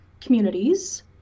communities